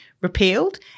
repealed